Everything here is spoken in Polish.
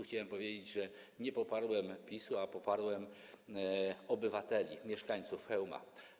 Chciałem powiedzieć, że nie poparłem PiS-u, ale poparłem obywateli, mieszkańców Chełma.